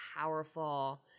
powerful –